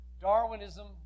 Darwinism